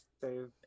save